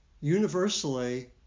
Universally